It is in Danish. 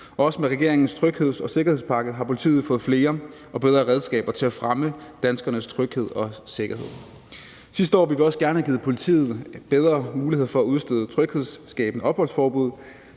og med regeringens trygheds- og sikkerhedspakke har politiet også fået flere og bedre redskaber til at fremme danskernes tryghed og sikkerhed. Sidste år ville vi også gerne have givet politiet bedre muligheder for at udstede tryghedsskabende opholdsforbud.